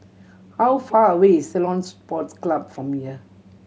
how far away is Ceylon Sports Club from here